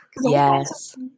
Yes